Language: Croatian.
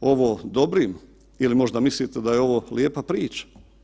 ovo dobrim ili možda mislite da je ovo lijepa priča?